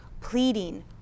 pleading